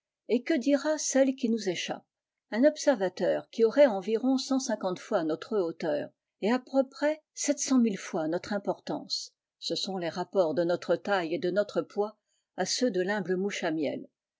et qui dira celles qui nous échappent un observateur qui aurait environ cent cinquante fois notre hauteur et à peu près sept cent mille fois notre importance ce sont les rapports de notre taille et de notre poids à ceux de l'humble mouche à miel